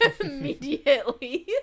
immediately